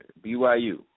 BYU